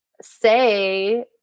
say